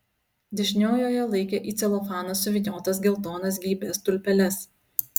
dešiniojoje laikė į celofaną suvyniotas geltonas geibias tulpeles